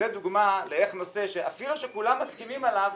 זאת דוגמה איך נושא שאפילו שכולם מסכימים עליו,